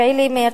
4 במרס,